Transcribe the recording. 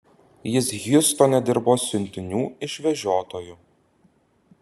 jis hjustone dirbo siuntinių išvežiotoju